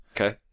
Okay